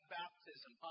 baptism